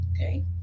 Okay